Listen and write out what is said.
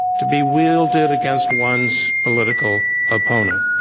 to be wielded against one's political opponent.